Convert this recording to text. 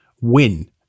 win